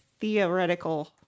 theoretical